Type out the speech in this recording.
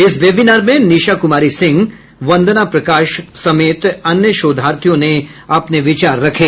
इस वेबिनार में निशा कुमारी सिंह वंदना प्रकाश समेत अन्य शोधार्थियों ने अपने विचार रखे